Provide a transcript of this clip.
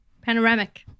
panoramic